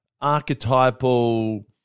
archetypal